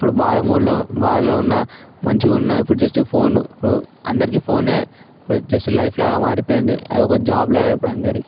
ఇప్పుడు బాధ మూడ్లో బాధలో ఉన్న మంచిగా ఉన్న ఇప్పుడు జస్ట్ ఫోన్ అందరికీ ఫోనే ప్రత్యక్ష లైఫ్ లాగా మారిపోయింది అదొక జాబ్ లాగా ఇప్పుడు అందరికీ